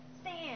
Stand